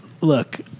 look